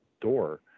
door